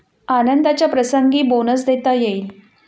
आनंदाच्या प्रसंगी बोनस देता येईल